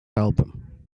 album